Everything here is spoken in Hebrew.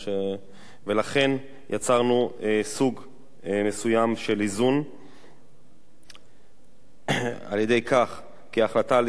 ולכן יצרנו סוג מסוים של איזון על-ידי כך שההחלטה על